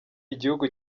igihugu